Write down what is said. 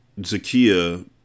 Zakia